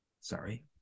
sorry